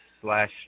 slash